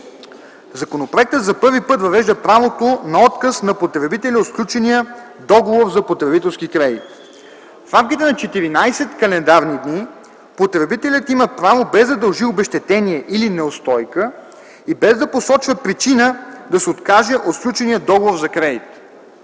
Законопроектът за първи път въвежда правото на отказ на потребителя от сключения договор за потребителски кредит. В рамките на 14 календарни дни потребителят има право, без да дължи обезщетение или неустойка и без да посочва причина, да се откаже от сключения договор за кредит.